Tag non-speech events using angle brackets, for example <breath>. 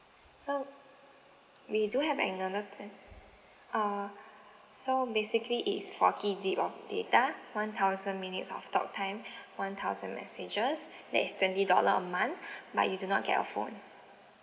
so we do have another plan uh so basically it's forty gig of data one thousand minutes of talk time <breath> one thousand messages that is twenty dollar a month <breath> but you do not get a phone